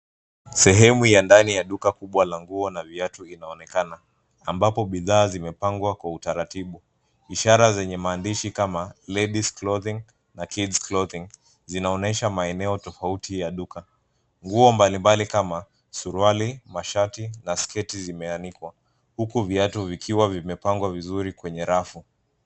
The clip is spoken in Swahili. Sehemu ya ndani ya duka kubwa la nguo na viatu inaonekana ambapo bidhaa zimepangwa kwa utaratibu. Ishara zenye maandishi kama Ladies Clothing na Kids Clothing zinaonyesha maeneo tofauti ya duka. Nguo mbali mbali kama: suruali, mashati na sketi zimeanikwa huku viatu vikiwa vimepangwa vizuri kwenye rafu.